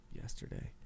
yesterday